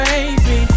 Baby